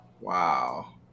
Wow